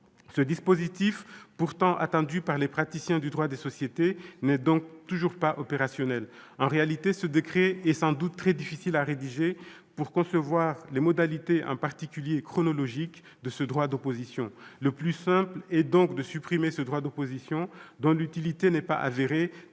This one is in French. Ce dispositif, pourtant attendu par les praticiens du droit des sociétés, n'est donc toujours pas opérationnel. En réalité, ce décret est sans doute très difficile à élaborer pour concevoir les modalités, en particulier chronologiques, du droit d'opposition. Le plus simple est donc de supprimer ce droit d'opposition, dont l'utilité n'est pas avérée